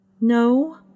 No